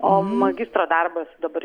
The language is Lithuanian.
o magistro darbas dabar